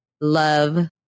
love